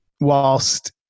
whilst